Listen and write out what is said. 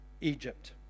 Egypt